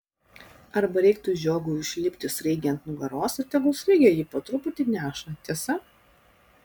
arba reiktų žiogui užlipti sraigei ant nugaros ir tegul sraigė jį po truputį neša tiesa